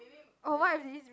oh what is this